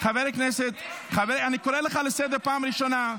חבר הכנסת, אני קורא אותך לסדר פעם ראשונה.